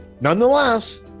Nonetheless